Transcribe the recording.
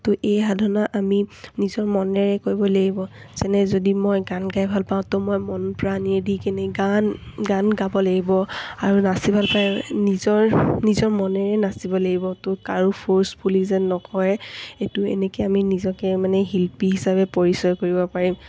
ত' এই সাধনা আমি নিজৰ মনেৰে কৰিব লাগিব যেনে যদি মই গান গাই ভাল পাওঁ ত' মই মন প্ৰাণে দি কেনে গান গান গাব লাগিব আৰু নাচি ভাল পায় নিজৰ নিজৰ মনেৰে নাচিব লাগিব ত' কাৰো ফ'ৰ্চফুলি যেন নকৰে এইটো এনেকৈ আমি নিজকে মানে শিল্পী হিচাপে পৰিচয় কৰিব পাৰিম